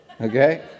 Okay